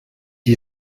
you